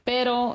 Pero